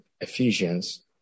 Ephesians